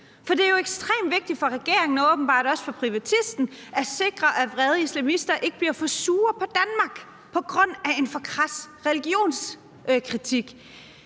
For det er jo åbenbart ekstremt vigtigt for regeringen og også for privatisten at sikre, at vrede islamister ikke bliver for sure på Danmark på grund af en for krads religionskritik.